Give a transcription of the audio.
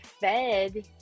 fed